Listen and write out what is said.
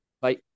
Bye